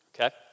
Okay